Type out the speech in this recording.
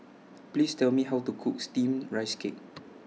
Please Tell Me How to Cook Steamed Rice Cake